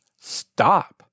Stop